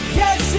yes